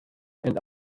and